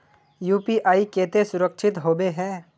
UPI केते सुरक्षित होबे है?